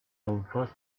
umfasst